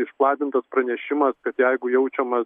išplatintas pranešimas kad jeigu jaučiamas